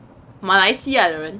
马来西亚人